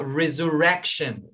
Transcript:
resurrection